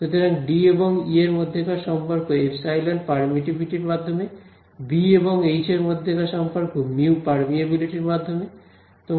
সুতরাং ডি এবং ই এর মধ্যেকার সম্পর্ক এপসাইলন পারমিটিভিটির মাধ্যমে বি এবং H এইচ এর মধ্যকার সম্পর্ক মিউ পার্মিয়াবিলিটির মাধ্যমে